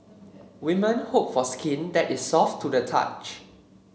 women hope for skin that is soft to the touch